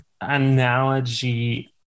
analogy